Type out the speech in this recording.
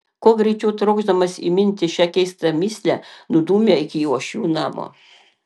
kuo greičiau trokšdamas įminti šią keistą mįslę nudūmė iki uošvių namo